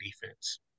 defense